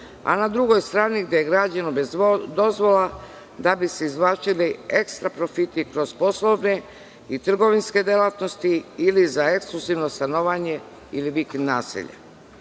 a na drugoj strani, gde je građeno bez dozvola, da bi se izvlačili ekstra profiti kroz poslovne i trgovinske delatnosti ili za ekskluzivno stanovanje ili vikend naselje.